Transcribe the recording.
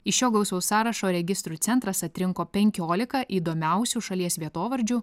iš šio gausaus sąrašo registrų centras atrinko penkioliką įdomiausių šalies vietovardžių